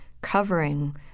covering